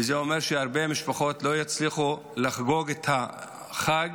וזה אומר שהרבה משפחות לא יצליחו לחגוג את החג